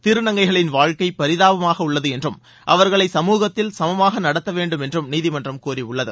திருநங்கைகளின் வாழ்க்கை பரிதாபமாக உள்ளது என்றும் அவர்களை சமூகத்தில் சமமாக நடத்தவேண்டும் என்றும் நீதிமன்றம் கூறியுள்ளது